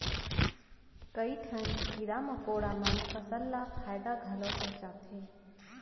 कई ठन कीरा मकोड़ा मन फसल ल फायदा घलौ पहुँचाथें